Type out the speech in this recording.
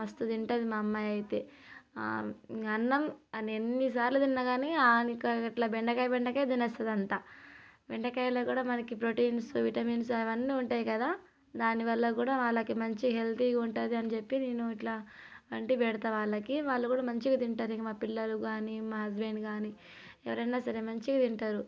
మస్తు తింటుంది మా అమ్మాయి అయితే అన్నం అని ఎన్నిసార్లు తిన్నా కాని గట్ల బెండకాయ బెండకాయ తినొచ్చదంట బెండకాయలో కూడా మనకి ప్రోటీన్స్ విటమిన్స్ అవన్నీ ఉంటాయి కదా దానివల్ల కూడా వాళ్ళకి మంచి హెల్తీగా ఉంటుంది అని చెప్పి నేను ఇట్లా వండి పెడతా వాళ్ళకి వాళ్ళు కూడా మంచిగా తింటారు ఇంకా మా పిల్లలు కానీ మా హస్బెండ్ కానీ ఎవరైనా సరే మంచిగా తింటారు